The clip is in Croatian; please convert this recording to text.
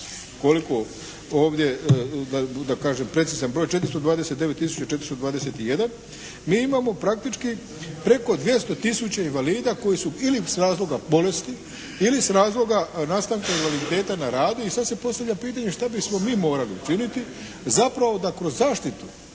koliko ovdje da kažem precizan broj 429 tisuća i 421 mi imamo praktički preko 200 tisuća invalida koji su ili s razloga bolesti ili s razloga nastanka invaliditeta na radu i sad se postavlja pitanje šta bismo mi morali činiti zapravo da kroz zaštitu